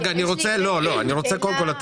אני רוצה להבין,